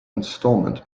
installment